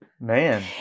man